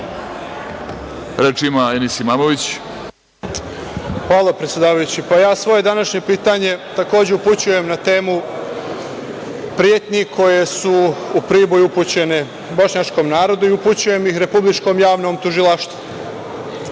**Enis Imamović** Hvala vam predsedavajući. Današnje svoje pitanje takođe upućujem na temu pretnji koje su u Priboju upućene bošnjačkom narodu i upućujem ih republičkom javnom tužilaštvu,